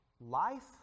life